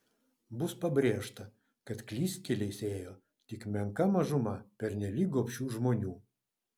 bus pabrėžta kad klystkeliais ėjo tik menka mažuma pernelyg gobšių žmonių